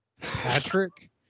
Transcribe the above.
Patrick